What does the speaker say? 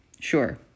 Sure